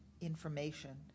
information